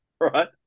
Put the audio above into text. right